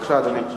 בבקשה, אדוני.